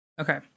Okay